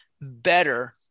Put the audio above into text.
better